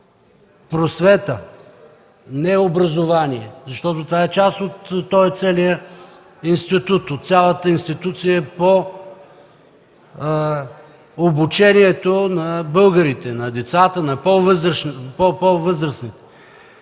„Просвета”, не „образование”, защото това е част от целия институт, от цялата институция по обучението на българите, на децата, на по-възрастните.